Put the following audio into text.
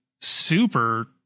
super